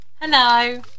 Hello